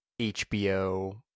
HBO